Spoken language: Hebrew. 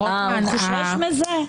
הוא חושש מזה?